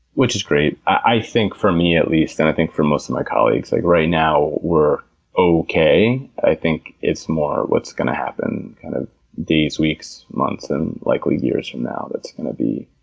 which is great. i think, for me at least and i think for most of my colleagues, like right now we're okay. i think it's more what's going to happen kind of days, weeks, months, and likely years from now that's going to be,